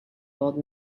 old